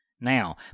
Now